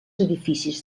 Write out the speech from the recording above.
edificis